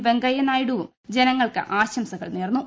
വെങ്കയ്യ നായിഡുവും ജനങ്ങൾക്ക് ആശംസകൾ നേർന്നു